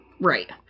Right